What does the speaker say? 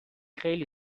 خیلی